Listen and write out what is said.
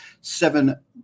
seven